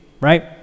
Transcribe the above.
right